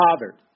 Father